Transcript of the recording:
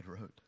wrote